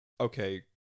okay